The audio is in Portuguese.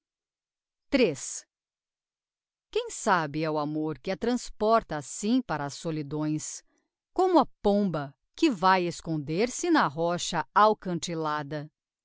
iii quem sabe se é o amor que a transporta assim para as solidões como a pomba que vae esconder-se na rocha alcantilada